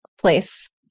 place